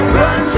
run